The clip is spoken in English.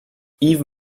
even